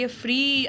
free